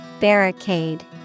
Barricade